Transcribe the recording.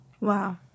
Wow